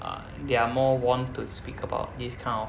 uh they are more wont to speak about this kind of